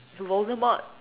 the Voldemort